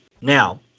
Now